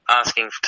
asking